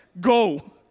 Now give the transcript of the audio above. go